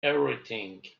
everything